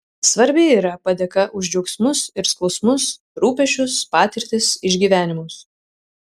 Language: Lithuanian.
svarbi yra padėka už džiaugsmus ir skausmus rūpesčius patirtis išgyvenimus